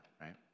right